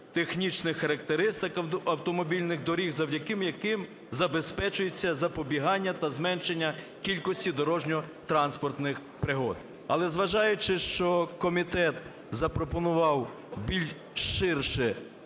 технічних характеристик автомобільних доріг, завдяки яким забезпечується запобігання та зменшення кількості дорожньо-транспортних пригод. Але, зважаючи, що комітет запропонував більш ширше